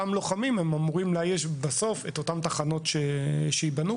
לוחמים אלה אמורים בסוף לאייש את התחנות שייבנו,